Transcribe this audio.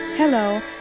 Hello